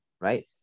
right